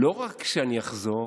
לא רק שאני אחזור,